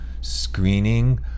screening